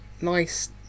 nice